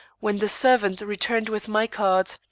when the servant returned with my card.